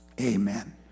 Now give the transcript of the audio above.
Amen